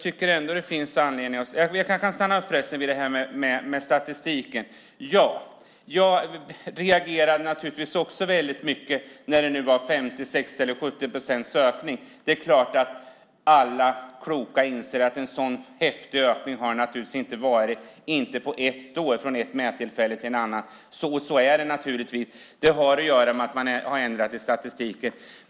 Herr talman! Låt mig stanna upp vid detta med statistiken. Jag reagerade naturligtvis också kraftigt när man kunde se en ökning med 50, 60 eller 70 procent. Alla kloka inser att det inte har varit en så kraftig ökning på bara ett år, utan det har att göra med att man har ändrat i statistiken.